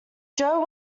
joe